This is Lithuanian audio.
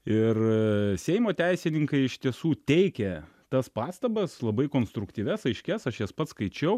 ir seimo teisininkai iš tiesų teikė tas pastabas labai konstruktyvias aiškias aš jas pats skaičiau